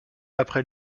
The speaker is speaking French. après